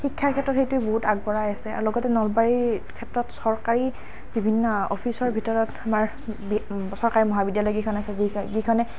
শিক্ষাৰ ক্ষেত্ৰত সেইটোৱে বহুত আগবঢ়াই আছে আৰু লগতে নলবাৰীৰ ক্ষেত্ৰত চৰকাৰী বিভিন্ন অফিচৰ ভিতৰত আমাৰ বি চৰকাৰী মহাবিদ্যালয় কেইখনত আছে যি যিকেইখনে